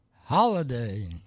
holiday